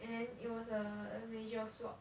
and then it was a major flop